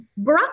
Barack